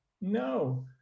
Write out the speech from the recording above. no